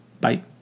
Bye